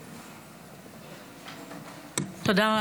תודה,